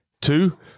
two